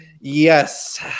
Yes